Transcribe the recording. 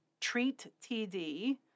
TREAT-TD